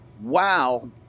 wow